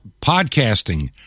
podcasting